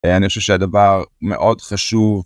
אני חושב שהדבר מאוד חשוב,